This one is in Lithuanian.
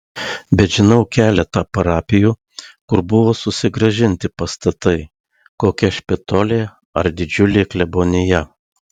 bet žinau keletą parapijų kur buvo susigrąžinti pastatai kokia špitolė ar didžiulė klebonija